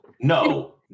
No